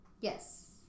Yes